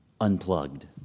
unplugged